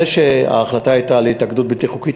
זה שההחלטה הייתה על התאגדות בלתי חוקית,